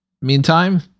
Meantime